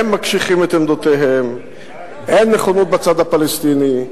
הם מקשיחים את עמדותיהם, אין נכונות בצד הפלסטיני,